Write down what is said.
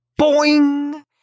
boing